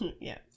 Yes